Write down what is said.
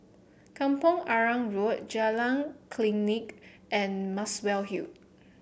Kampong Arang Road Jalan Klinik and Muswell Hill